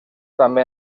també